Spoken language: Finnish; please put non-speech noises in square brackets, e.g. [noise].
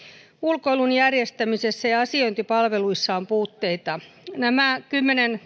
ulkoilun järjestämisessä ja asiointipalveluissa on puutteita nämä kymmenen [unintelligible]